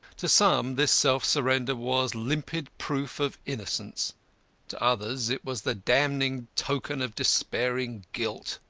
to some this self-surrender was limpid proof of innocence to others it was the damning token of despairing guilt.